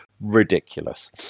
ridiculous